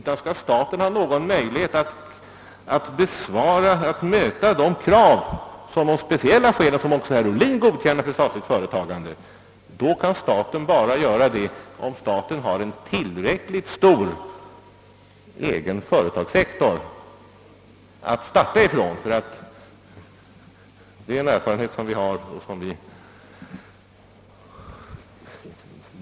Om staten skall ha någon möjlighet att möta de krav som av speciella skäl — vilka också herr Ohlin godkänner för statligt företagande — uppställes, så kan staten göra det bara om den har en tillräckligt stor egen företagssektor att starta ifrån. Det är en erfarenhet som vi gjort.